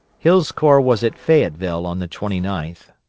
hill's corps was at fayetteville on the twenty ninth,